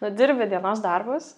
nudirbi dienos darbus